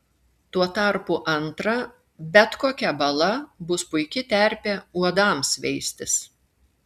tuo tarpu antra bet kokia bala bus puiki terpė uodams veistis